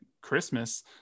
christmas